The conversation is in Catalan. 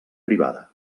privada